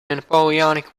napoleonic